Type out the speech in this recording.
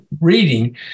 reading